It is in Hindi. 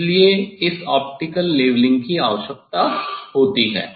इसलिए इस ऑप्टिकल लेवलिंग की आवश्यकता होती है